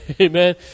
Amen